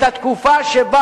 את התקופה שבה